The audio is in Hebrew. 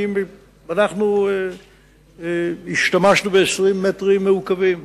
אנחנו השתמשנו ב-20 מטרים מעוקבים,